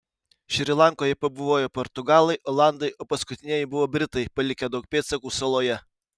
šri lankoje pabuvojo portugalai olandai o paskutinieji buvo britai palikę daug pėdsakų saloje